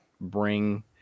bring –